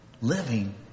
living